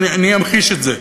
אני אמחיש את זה.